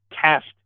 cast